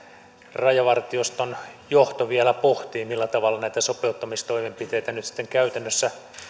rajavartioston johto vielä pohtii millä tavalla näitä sopeuttamistoimenpiteitä nyt sitten käytännössä